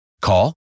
Call